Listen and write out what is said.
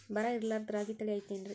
ಬರ ಇರಲಾರದ್ ರಾಗಿ ತಳಿ ಐತೇನ್ರಿ?